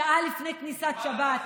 שעה לפני כניסת שבת,